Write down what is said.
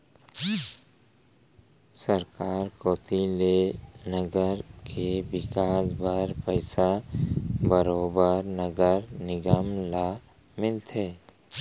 सरकार कोती ले नगर के बिकास बर पइसा बरोबर नगर निगम ल मिलथे